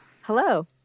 Hello